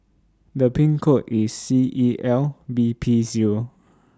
The Pin code IS C E L B P Zero